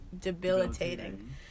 Debilitating